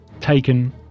taken